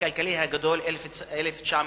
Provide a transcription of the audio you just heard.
הכלכלי הגדול ב-1929.